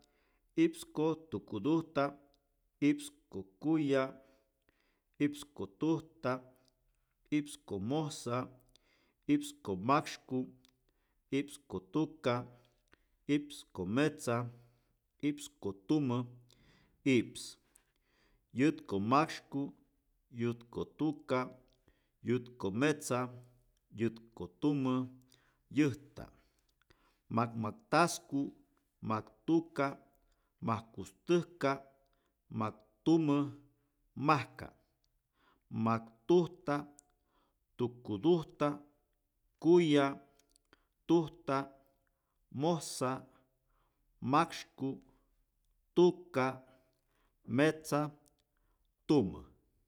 I’ps ko tukutujta i’ps ko kuya i’ps ko tujta i’ps ko mojsa i’ps ko maksyku i’ps ko tuka i’ps ko metza i’ps ko tumä i’ps yätkomaksyku’ yätkotuka’ yätkometza yätkotumä yäjta’ makmaktajsku’ maktuka’ majkustäjka maktumä majka’ majktujta’ tukutujta’ kuya’ tujta’ mojsa’ maksyku’ tuka’ metza tumä